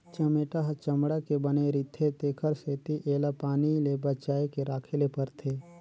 चमेटा ह चमड़ा के बने रिथे तेखर सेती एला पानी ले बचाए के राखे ले परथे